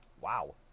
Wow